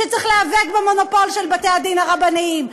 שצריך להיאבק במונופול של בתי-הדין הרבניים.